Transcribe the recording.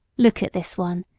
look at this one,